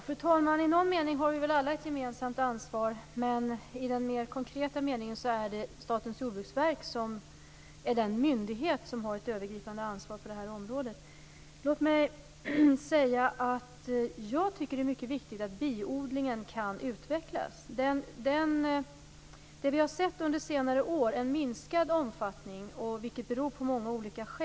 Fru talman! I någon mening har vi väl alla ett gemensamt ansvar, men i den mer konkreta meningen är det Statens jordbruksverk som är den myndighet som har ett övergripande ansvar på detta område. Låt mig säga att jag tycker att det är mycket viktigt att biodlingen kan utvecklas. Under senare år har vi sett en minskad omfattning, vilket beror på många olika saker.